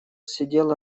сидела